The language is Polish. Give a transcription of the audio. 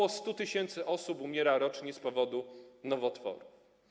Ok. 100 tys. osób umiera rocznie z powodu nowotworów.